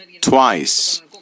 twice